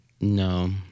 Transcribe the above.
No